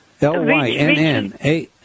L-Y-N-N